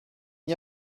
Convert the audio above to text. n’y